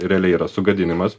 realiai yra sugadinimas